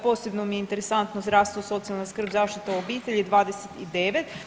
Posebno mi je interesantno, zdravstvo i socijalna skrb, zaštita obitelji, 29.